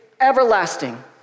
everlasting